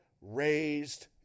raised